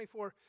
24